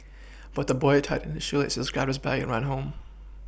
but the boy tightened shoelaces grabbed his bag and ran home